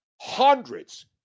hundreds